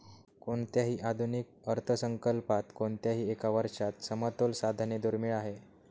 कोणत्याही आधुनिक अर्थसंकल्पात कोणत्याही एका वर्षात समतोल साधणे दुर्मिळ आहे